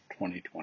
2020